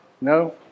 No